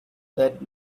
that